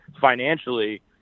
financially